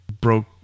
broke